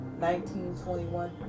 1921